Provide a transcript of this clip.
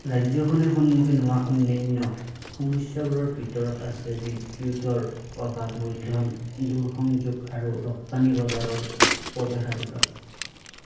ৰাজ্যখনে সন্মুখীন হোৱা অন্যান্য সমস্যাবোৰৰ ভিতৰত আছে বিদ্যুতৰ অভাৱ মূলধন দূৰসংযোগ আৰু ৰপ্তানি বজাৰৰ প্ৰৱেশাধিকাৰ